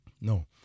no